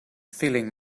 feeling